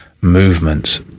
movements